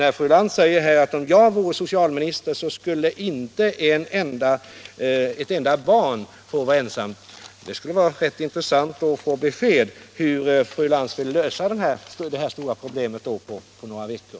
Fru Lantz säger att om ”jag vore socialminister, skulle inte ett enda barn få vara ensamt”. Det skulle vara rätt intressant att få besked om hur fru Lantz skulle lösa detta stora problem på några veckor.